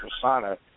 persona